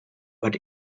but